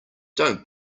don’t